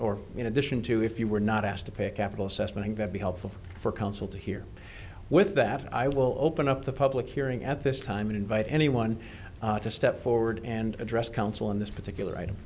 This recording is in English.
or in addition to if you were not asked to pay capital spending that be helpful for council to hear with that i will open up the public hearing at this time and invite anyone to step forward and address council in this particular item